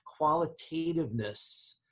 qualitativeness